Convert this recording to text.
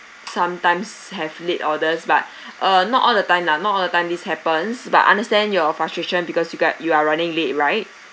sometimes have late orders but uh not all the time lah not all the time this happens but I understand your frustration because you got you are running late right